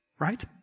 right